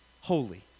holy